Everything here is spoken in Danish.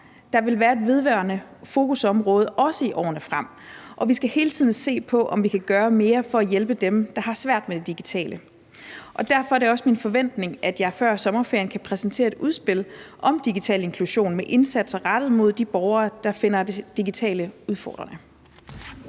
Det vil være et vedvarende fokusområde, også i årene frem, og vi skal hele tiden se på, om vi kan gøre mere for at hjælpe dem, der har svært ved det digitale. Derfor er det også min forventning, at jeg før sommerferien kan præsentere et udspil om digital inklusion med indsatser rettet mod de borgere, der finder det digitale udfordrende.